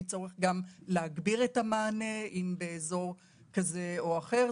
צורך להגביר את המענה באזור כזה או אחר.